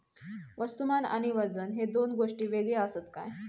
वस्तुमान आणि वजन हे दोन गोष्टी वेगळे आसत काय?